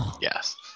Yes